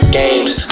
games